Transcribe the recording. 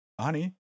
Honey